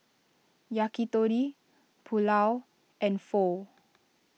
Yakitori Pulao and Pho